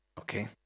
Okay